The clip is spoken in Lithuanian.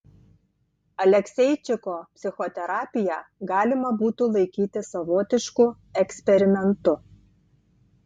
alekseičiko psichoterapiją galima būtų laikyti savotišku eksperimentu